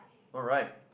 alright